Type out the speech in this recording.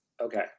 Okay